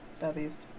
southeast